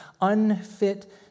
unfit